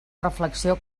reflexió